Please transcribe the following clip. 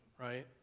right